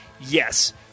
Yes